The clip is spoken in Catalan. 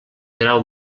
grau